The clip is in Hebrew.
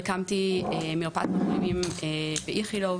הקמתי מרפאת מחלימים ב- ׳איכלוב׳,